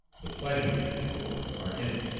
the fighting men of the corps are in it.